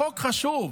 החוק חשוב,